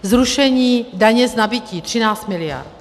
Zrušení daně z nabytí 13 mld.